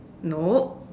nope